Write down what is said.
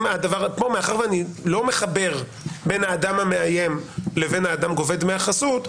מאחר ואני לא מחבר בין האדם המאיים לבין האדם גובה דמי החסות,